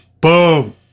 boom